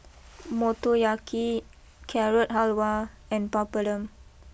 Motoyaki Carrot Halwa and Papadum